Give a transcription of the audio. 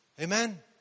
Amen